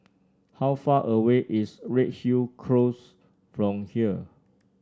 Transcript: how far away is Redhill Close from here